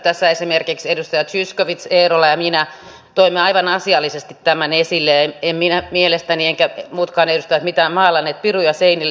tässä esimerkiksi edustajat zyskowicz eerola ja minä toimme aivan asiallisesti tämän esille en mielestäni minä maalannut eivätkä muutkaan edustajat maalanneet mitään piruja seinille